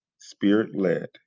spirit-led